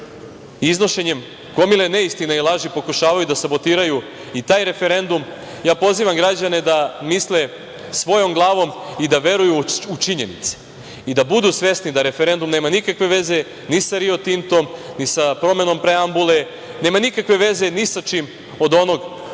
iznošenjem gomile neistina i laži pokušavaju da sabotiraju i taj referendum. Ja pozivam građane da misle svojom glavo i da veruju u činjenice i da budu svesni da referendum nema nikakve veze ni sa Rio Tintom, ni sa promenom preambule, nema nikakve veze ni sa čim od onog što